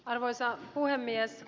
arvoisa puhemies